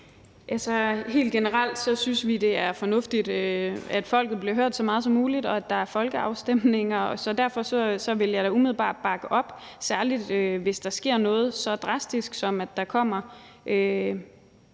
Helt generelt synes vi, det er fornuftigt, at folket bliver hørt så meget som muligt, og at der er folkeafstemninger, så derfor ville jeg da umiddelbart bakke op, særlig hvis der sker noget så drastisk, som at der kommer